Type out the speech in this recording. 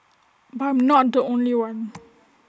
but I'm not the only one